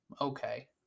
Okay